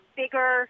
bigger